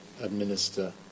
administer